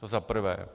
To za prvé.